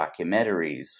documentaries